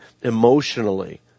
Emotionally